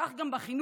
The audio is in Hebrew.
כך גם בחינוך